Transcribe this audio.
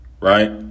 Right